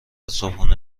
صبحونه